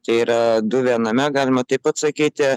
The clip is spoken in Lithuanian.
čia yra du viename galima taip atsakyti